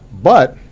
but